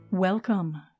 Welcome